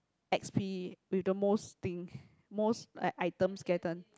X P with the most thing most like items gathered